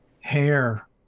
hair